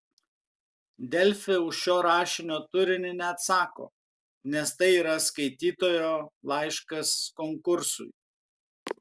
delfi už šio rašinio turinį neatsako nes tai yra skaitytojo laiškas konkursui